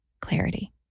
clarity